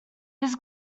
his